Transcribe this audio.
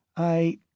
I—